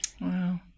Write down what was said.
wow